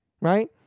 right